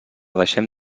deixem